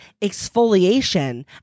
exfoliation